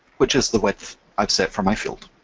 which is the width i've set for my field.